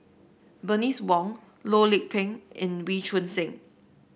Bernice Wong Loh Lik Peng and Wee Choon Seng